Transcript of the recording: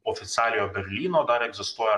oficialiojo berlyno dar egzistuoja